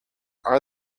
are